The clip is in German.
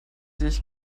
sich